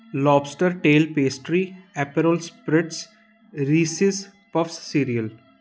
lobster tail pastry Aperol spreads Reese's puff serial